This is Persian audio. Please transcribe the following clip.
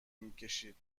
میکشید